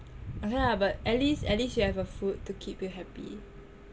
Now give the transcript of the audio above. okay lah but at least at least you have a food to keep you happy